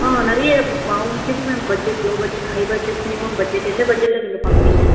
ஆ நிறையா மா உங்களுக்கு எப்படி ma'am budget low budget high budget minimum budget எந்த பட்ஜெட்ல நீங்கள் பார்க்குறீங்க